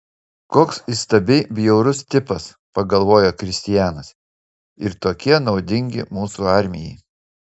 koks įstabiai bjaurus tipas pagalvojo kristianas ir tokie naudingi mūsų armijai